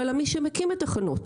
להכניס אותם ליישובי הקבע?